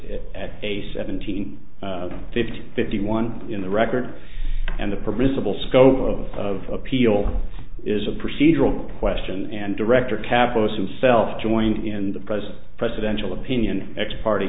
it at a seventeen fifty fifty one in the record and the permissible scope of appeal is a procedural question and director cabos himself joined in the present presidential opinion x party